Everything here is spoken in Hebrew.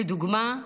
לדוגמה,